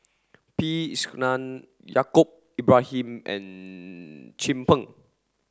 P Krishnan Yaacob Ibrahim and Chin Peng